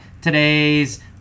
Today's